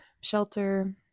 shelter